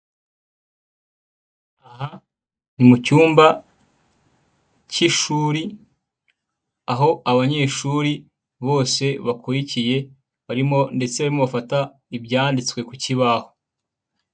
Aha ni mu cyumba cy'ishuri, aho abanyeshuri bose bakurikiye barimo ndetse barimo bafata ibyanditswe ku kibaho.